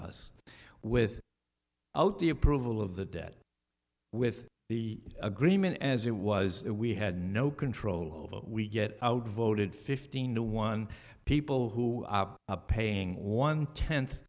us with out the approval of the debt with the agreement as it was we had no control over we get out voted fifteen to one people who are paying one tenth